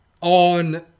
on